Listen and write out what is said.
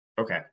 okay